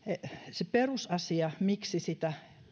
se perusasia miksi sitä